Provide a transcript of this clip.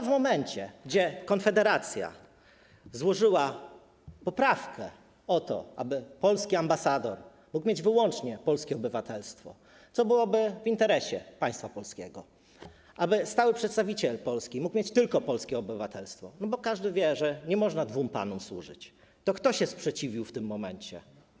W momencie gdy Konfederacja złożyła poprawkę, aby polski ambasador mógł mieć wyłącznie polskie obywatelstwo, co byłoby w interesie państwa polskiego, aby stały przedstawiciel Polski mógł mieć tylko polskie obywatelstwo, bo każdy wie, że nie można dwóm panom służyć, to kto się sprzeciwił w tym momencie?